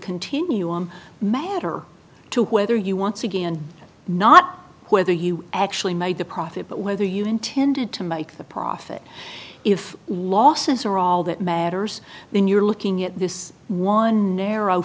continuum matter to whether you want to gain not whether you actually made the profit but whether you intended to make the profit if losses are all that matters then you're looking at this one narrow